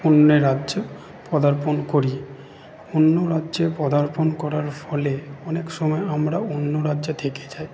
অন্যে রাজ্যে পদার্পণ করি অন্য রাজ্যে পদার্পণ করার ফলে অনেক সময় আমরা অন্য রাজ্যে থেকে যাই